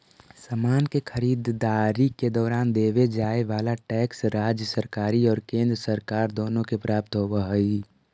समान के खरीददारी के दौरान देवे जाए वाला टैक्स राज्य सरकार और केंद्र सरकार दोनो के प्राप्त होवऽ हई